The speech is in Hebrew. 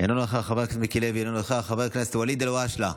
אינו נוכח, חבר הכנסת מיקי לוי,